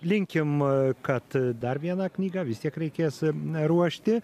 linkim kad dar viena knyga vis tiek reikės ruošti